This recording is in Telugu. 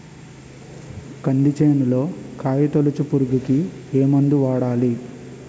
కంది చేనులో కాయతోలుచు పురుగుకి ఏ మందు వాడాలి?